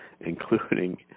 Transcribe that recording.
including